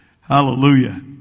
Hallelujah